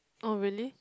oh really